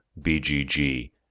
BGG